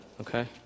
okay